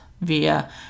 via